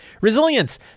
Resilience